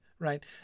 Right